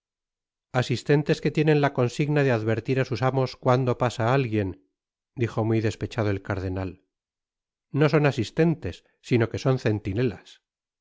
irrasistentes que tienen la consigna de adverar á sus amos cuando pasa alguien djomuy despechadoel cardenal no son asistente sino que son centinelas